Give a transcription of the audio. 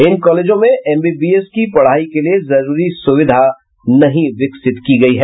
इन कॉलेजों में एमबीबीएस की पढ़ाई के लिये जरूरी सुविधा नहीं मिली है